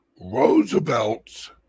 Roosevelt's